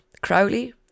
Crowley